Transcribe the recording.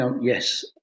yes